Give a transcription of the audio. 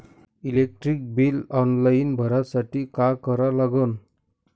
Electric bill online भरासाठी का करा लागन?